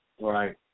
Right